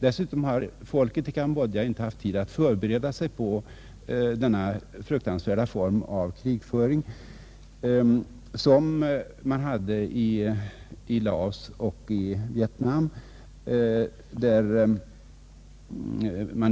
Dessutom har folket i Kambodja inte haft tid att förbereda sig pä denna fruktansvärda form av krigföring, vilket man hade i Laos och i Vietnam.